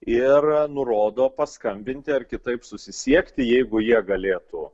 ir nurodo paskambinti ar kitaip susisiekti jeigu jie galėtų